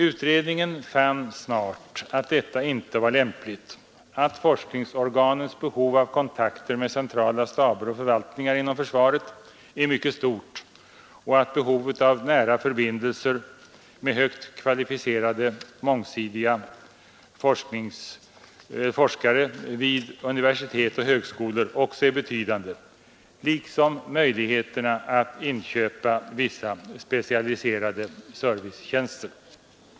Utredningen fann snart att detta inte var lämpligt, att forskningsanstaltens behov av kontakter med centrala staber och förvaltningar inom försvaret är mycket stort och att behovet av nära förbindelser med högt kvalificerad mångsidig forskning vid universitet och högskolor också är betydande liksom möjligheterna att inköpa vissa specialiserade servicetjänster.